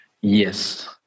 Yes